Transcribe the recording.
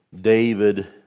David